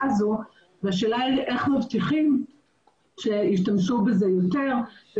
הזו והשאלה היא איך מבטיחים שישתמשו בזה יותר.